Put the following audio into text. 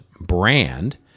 brand